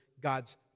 God's